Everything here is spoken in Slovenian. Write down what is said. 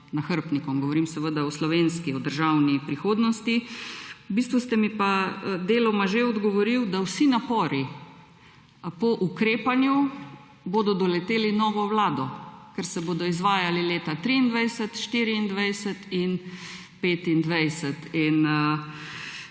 nahrbtnikom, govorim seveda o slovenski, o državni prihodnosti. V bistvu ste mi pa deloma že odgovoril, da bodo vsi napori po ukrepanju doleteli novo vlado, ker se bodo izvajali leta 2023, 2024 in 2025.